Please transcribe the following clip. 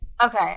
Okay